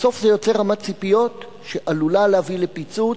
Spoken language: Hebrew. בסוף זה יוצר רמת ציפיות שעלולה להביא לפיצוץ.